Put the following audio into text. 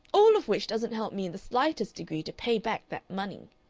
all of which doesn't help me in the slightest degree to pay back that money.